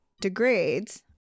degrades